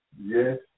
Yes